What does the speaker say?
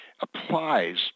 applies